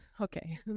Okay